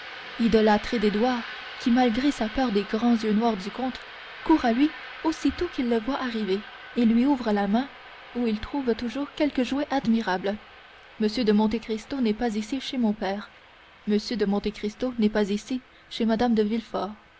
idolâtré d'édouard qui malgré sa peur des grands yeux noirs du comte court à lui aussitôt qu'il le voit arriver et lui ouvre la main où il trouve toujours quelque jouet admirable m de monte cristo n'est pas ici chez mon père m de monte cristo n'est pas ici chez mme de